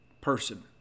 person